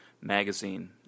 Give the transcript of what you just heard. magazine